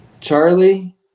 Charlie